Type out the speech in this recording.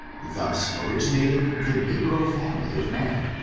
thus originating the negro family of man.